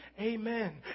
amen